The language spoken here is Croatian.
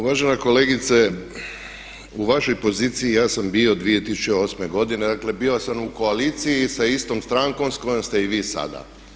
Uvažena kolegice, u vašoj poziciji ja sam bio 2008. godine, dakle bio sam u koaliciji sa istom strankom s kojom ste i vi sada.